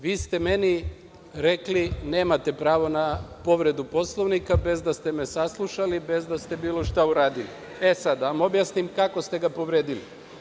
Vi ste meni rekli, nemate pravo na povredu Poslovnika, bez da ste me saslušali, bez da ste bilo šta uradili, a sada ću vam objasniti kako ste ga povredili.